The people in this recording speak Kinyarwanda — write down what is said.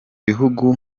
bihugu